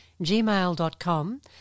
gmail.com